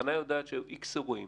תחנה יודעת על איקס אירועים,